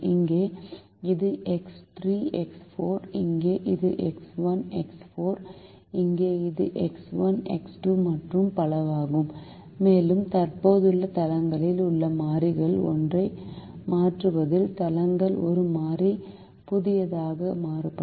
இங்கே இது x 3 x 4 இங்கே அது எக்ஸ் 1 எக்ஸ் 4 இங்கே இது எக்ஸ் 1 எக்ஸ் 2 மற்றும் பலவாகும் மேலும் தற்போதுள்ள தளங்களில் உள்ள மாறிகளில் ஒன்றை மாற்றுவதில் தளங்கள் ஒரு மாறி புதியதாக மாறுபடும்